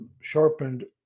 sharpened